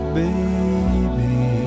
baby